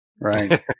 Right